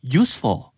useful